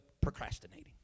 procrastinating